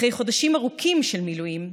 אחרי חודשים ארוכים של מילואים,